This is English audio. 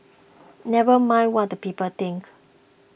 never mind what the people think